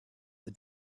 the